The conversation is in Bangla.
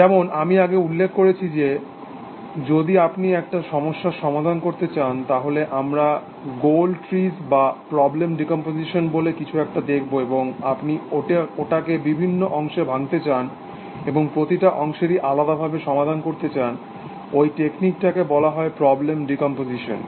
যেমন আমি আগে উল্লেখ করেছি যে যদি আপনি একটা সমস্যার সমাধান করতে চান তাহলে আমরা গোল ট্রি বা প্রবলেম ডিকম্পোজিশন বলে কিছু একটা দেখব এবং আপনি ওটাকে বিভিন্ন অংশে ভাঙতে চান এবং প্রতিটা অংশেরই আলাদাভাবে সমাধান করতে চান ওই টেকনিকটাকে বলা হয় প্রবলেম ডিকম্পোজিশন